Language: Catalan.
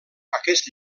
aquest